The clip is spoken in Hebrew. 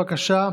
בבקשה,